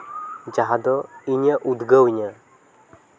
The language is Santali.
ᱡᱟᱦᱟᱸ ᱫᱚ ᱤᱧᱮ ᱩᱫᱽᱜᱟᱹᱣ ᱤᱧᱟᱹ